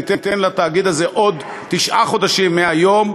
ניתן לתאגיד הזה עוד תשעה חודשים מהיום,